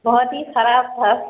بہت ہی خراب تھا